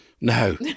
No